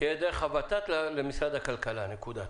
שיהיה דרך הות"ת למשרד הכלכלה, נקודה.